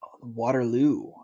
Waterloo